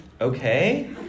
Okay